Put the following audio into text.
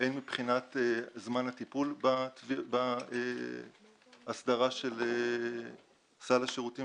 הן מבחינת זמן הטיפול בהסדרה של סל השירותים